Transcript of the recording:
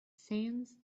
sands